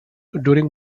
during